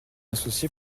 associé